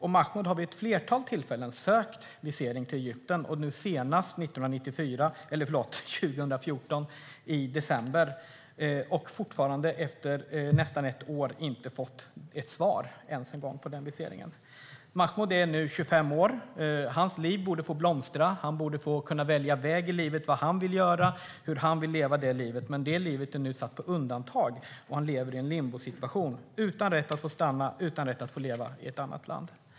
Han har vid ett flertal tillfällen sökt visering till Egypten, senast i december 2014. Han har fortfarande ett år senare inte ens fått svar på sin ansökan. Mahmoud är nu 25 år. Hans liv borde få blomstra. Han borde få välja väg i livet, men det är nu satt på undantag och han lever i en limbosituation utan rätt att få stanna och utan rätt att få leva i ett annat land.